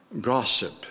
gossip